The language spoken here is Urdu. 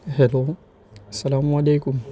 ہیلو السلام علیکم